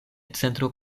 centro